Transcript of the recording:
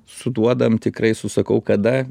suduodam tikrai susakau kada